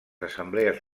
assemblees